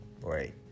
right